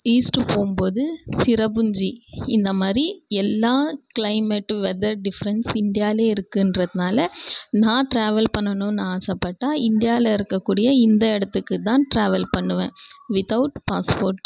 east போகும்போது சிரபுஞ்சி இந்தமாதிரி எல்லா க்ளைமேட்டு வெதர் டிஃப்ரெண்ஸ் இந்தியாவில் இருக்கின்றதுனால் நான் ட்ராவல் பண்ணணும் ஆசைப்பட்டா இந்தியாவில் இருக்கக்கூடிய இந்த இடத்துக்குத்தான் ட்ராவல் பண்ணுவேன் வித் அவுட் பாஸ்போர்ட்